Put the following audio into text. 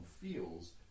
feels